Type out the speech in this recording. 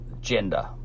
gender